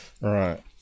Right